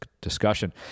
discussion